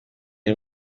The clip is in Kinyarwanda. iyi